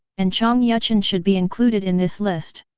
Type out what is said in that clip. and chang yuchun should be included in this list!